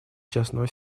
частного